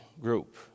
group